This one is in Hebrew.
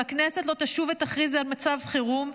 אם הכנסת לא תשוב ותכריז על מצב חירום,